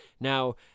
Now